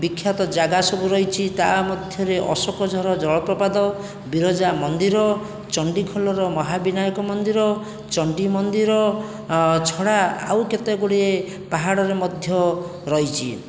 ବିଖ୍ୟାତ ଜାଗା ସବୁ ରହିଛି ତା' ମଧ୍ୟରେ ଅଶୋକଝର ଜଳପ୍ରପାତ ବିରଜା ମନ୍ଦିର ଚଣ୍ଡିଖୋଲର ମହାବିନାୟକ ମନ୍ଦିର ଚଣ୍ଡୀ ମନ୍ଦିର ଛଡ଼ା ଆଉ କେତେଗୁଡ଼ିଏ ପାହାଡ଼ରେ ମଧ୍ୟ ରହିଛି